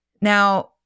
Now